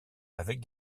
avec